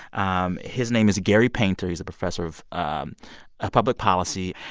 um his name is gary painter. he's a professor of um ah public policy.